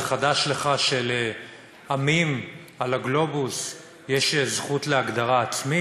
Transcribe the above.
זה חדש לך שלעמים על הגלובוס יש זכות להגדרה עצמית?